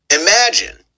imagine